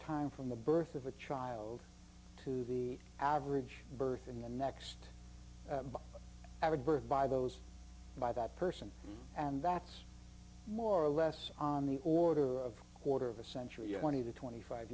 time from the birth of a child to the average birth and the next every birth by those by that person and that's more or less on the order of quarter of a century one of the twenty five